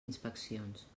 inspeccions